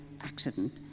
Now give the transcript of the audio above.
accident